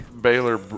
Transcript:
Baylor